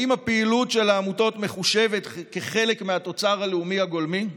האם הפעילות של העמותות מחושבת כחלק מהתוצר הלאומי הגולמי?